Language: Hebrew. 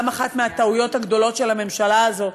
גם אחת מהטעויות הגדולות של הממשלה הזאת,